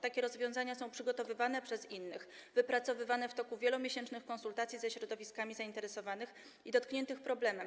Takie rozwiązania są przygotowywane przez innych, wypracowywane w toku wielomiesięcznych konsultacji ze środowiskami osób zainteresowanych i dotkniętych problemem.